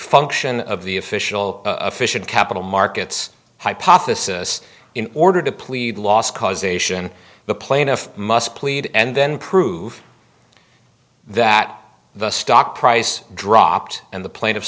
function of the official fish and capital markets hypothesis in order to plead loss causation the plaintiff must plead and then prove that the stock price dropped and the pla